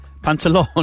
Pantalon